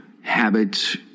habits